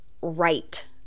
right